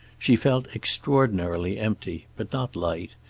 she felt extraordinarily empty, but not light,